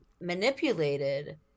manipulated